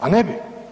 A ne bi?